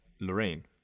Lorraine